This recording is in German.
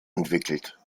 entwickelt